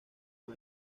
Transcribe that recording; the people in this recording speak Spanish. con